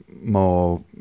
more